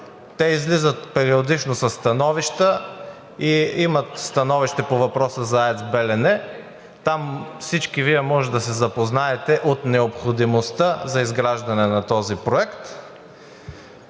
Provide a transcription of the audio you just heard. Те излизат периодично със становища и имат становище по въпроса за АЕЦ „Белене“. Там всички Вие може да се запознаете с необходимостта за изграждане на този проект.